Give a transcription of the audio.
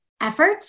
Effort